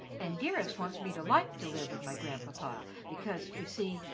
and dearest wants me to like to live with my grandpapa, because, you see,